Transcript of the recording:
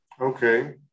Okay